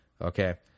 okay